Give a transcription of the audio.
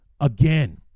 again